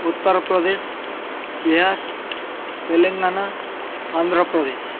Uttar Pradesh Bihar Telangana Andhra Pradesh